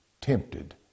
tempted